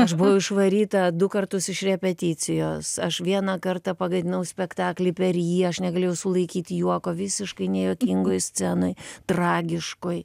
aš buvau išvaryta du kartus iš repeticijos aš vieną kartą pagadinau spektaklį per jį aš negalėjau sulaikyt juoko visiškai nejuokingoj scenoj tragiškoj